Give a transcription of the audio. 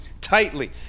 tightly